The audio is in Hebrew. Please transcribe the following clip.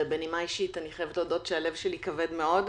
בנימה אישית אני חייבת להודות שהלב שלי כבד מאוד.